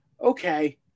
Okay